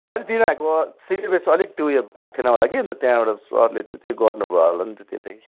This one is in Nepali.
होइन तिनीहरूको सिलेबस अलिक त्यो उयो भएको थिएन होला कि अन्त त्यहाँ एउटा सरले त्यो त्यही गर्नुभयो होला नि त त्यो त के